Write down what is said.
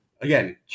again